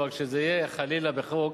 אבל כשזה יהיה חלילה בחוק,